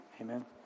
Amen